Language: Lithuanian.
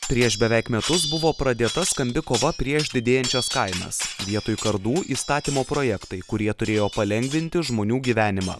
prieš beveik metus buvo pradėta skambi kova prieš didėjančias kainas vietoj kardų įstatymo projektai kurie turėjo palengvinti žmonių gyvenimą